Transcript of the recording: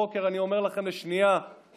הרי אם מחר בבוקר אני אומר לכם לשנייה שביבי